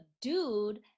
dude